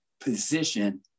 position